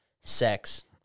sex